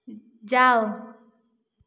जाओ